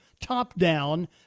top-down